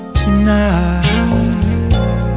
tonight